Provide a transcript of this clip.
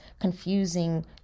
confusing